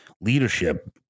leadership